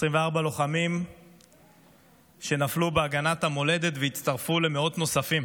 24 לוחמים שנפלו על הגנת המולדת והצטרפו למאות נוספים